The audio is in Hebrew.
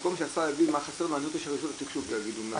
במקום שהשר יגיד מה חסר מעניין אותי שרשות התקשוב יגידו מה חסר.